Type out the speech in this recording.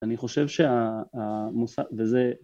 אני חושב שהמוסד וזה